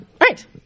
right